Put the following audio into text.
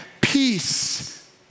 peace